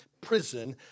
prison